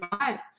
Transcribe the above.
right